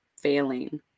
failing